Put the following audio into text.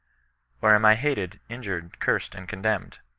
or am i hated, injured cursed and contemned?